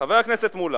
חבר הכנסת מולה,